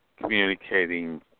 communicating